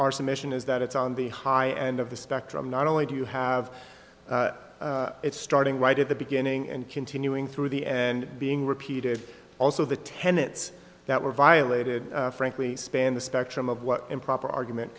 submission is that it's on the high end of the spectrum not only do you have it starting right at the beginning and continuing through the and being repeated also the tenets that were violated frankly span the spectrum of what improper argument